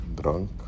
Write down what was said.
drunk